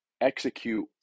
execute